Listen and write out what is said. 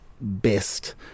best